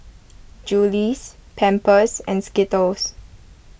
Julie's Pampers and Skittles